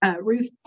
Ruth